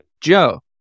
joe